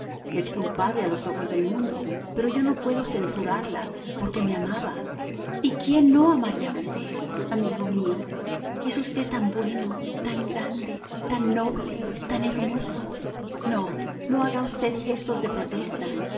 es culpable a los ojos del mundo pero yo no puedo censurarla porque me amaba y quién no amaría a usted amigo mío es usted tan bueno tan grande tan noble tan hermoso no no haga usted gestos de protesta